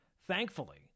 Thankfully